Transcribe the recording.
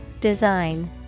Design